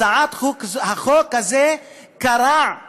הצעת החוק הזאת קרעה משפחות,